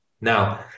Now